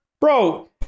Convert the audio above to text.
Bro